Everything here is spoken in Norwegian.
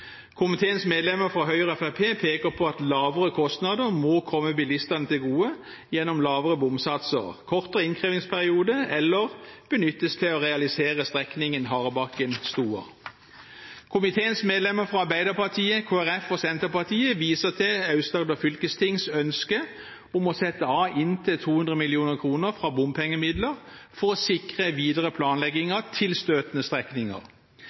Komiteens medlemmer fra Høyre og Fremskrittspartiet peker på at lavere kostnader må komme bilistene til gode gjennom lavere bomsatser, kortere innkrevingsperiode eller gjennom å benyttes til å realisere strekningen Harebakken–Stoa. Komiteens medlemmer fra Arbeiderpartiet, Kristelig Folkeparti og Senterpartiet viser til Aust-Agder fylkestings ønske om å sette av inntil 200 mill. kr fra bompengemidler for å sikre videre planlegging av tilstøtende strekninger,